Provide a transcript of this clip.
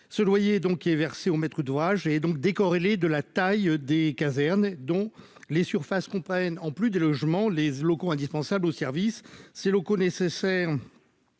ce loyer, donc qui est versée aux maîtres d'ouvrage et donc décorrélés de la taille des casernes, dont les surfaces comprennent, en plus des logements, les locaux indispensables au service ces locaux nécessaires,